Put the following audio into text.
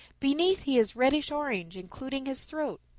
beneath he is reddish-orange, including his throat.